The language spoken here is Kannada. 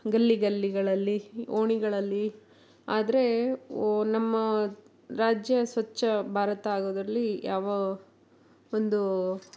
ಗಲ್ಲಿ ಗಲ್ಲಿಗಳಲ್ಲಿ ಓಣಿಗಳಲ್ಲಿ ಆದರೆ ಓ ನಮ್ಮ ರಾಜ್ಯ ಸ್ವಚ್ಚ ಭಾರತ ಆಗೋದರಲ್ಲಿ ಯಾವ ಒಂದೂ